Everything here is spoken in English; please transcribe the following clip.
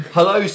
Hello